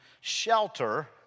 shelter